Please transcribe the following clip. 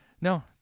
No